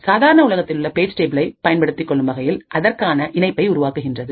சாதாரண உலகத்தில் உள்ள பேஜ் டேபிளை பயன்படுத்திக்கொள்ளும் வகையில் அதற்கான இணைப்பை உருவாக்குகின்றது